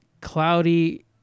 cloudy